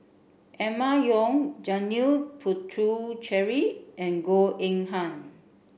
Emma Yong Janil Puthucheary and Goh Eng Han